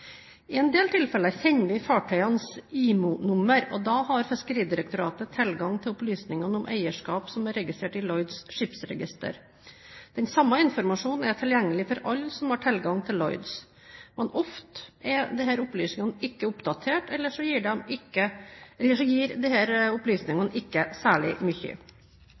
I en del tilfeller kjenner vi fartøyenes IMO-nummer, og da har Fiskeridirektoratet tilgang til opplysningene om eierskap som er registrert i Lloyd’s skipsregister. Den samme informasjonen er tilgjengelig for alle som har tilgang til Lloyd’s, men ofte er disse opplysningene ikke oppdatert, eller så gir disse opplysningene ikke